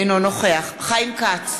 אינו נוכח חיים כץ,